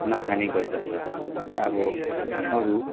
नखाने गर्दछ र अब अरू